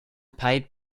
paid